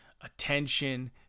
attention